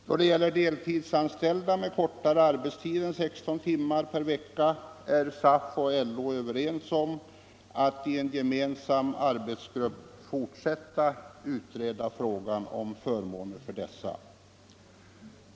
Då det gäller deltidsanställda med kortare arbetstid än 16 timmar per vecka är SAF och LO överens om att i en gemensam arbetsgrupp fortsätta utreda frågan om förmåner för dessa.